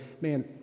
man